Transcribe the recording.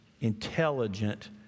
intelligent